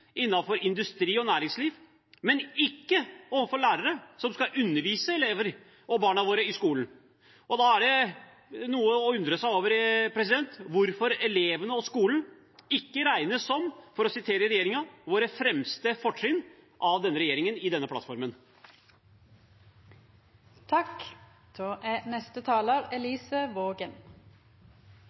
industri og næringsliv, men ikke overfor lærere som skal undervise elever, barna våre, i skolen. Da er det til å undre seg over hvorfor elevene og skolen ikke regnes som «våre fremste fortrinn» av denne regjeringen, i denne